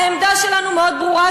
העמדה שלנו מאוד ברורה,